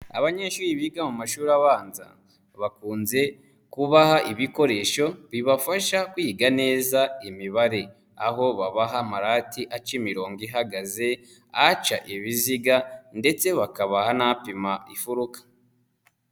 Abanyeshuri biga mu mashuri abanza, bakunze kubaha ibikoresho bibafasha kwiga neza imibare. Aho babaha amarati aca imirongo ihagaze, aca ibiziga ndetse bakabaha n'apima imfuruka.